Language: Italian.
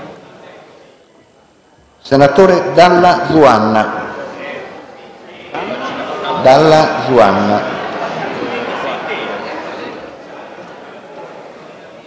senatore Dalla Zuanna.